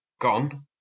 gone